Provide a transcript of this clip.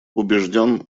убежден